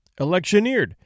electioneered